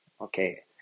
Okay